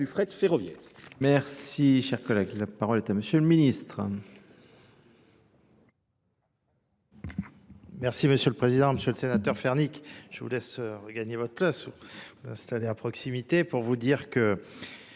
Merci, cher collègue. La parole est à monsieur le ministre.